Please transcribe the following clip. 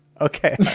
Okay